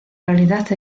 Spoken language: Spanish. realidad